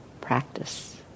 practice